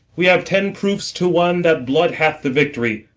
we have ten proofs to one that blood hath the victory.